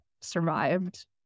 survived